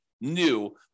new